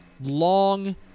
long